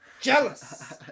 jealous